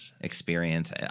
Experience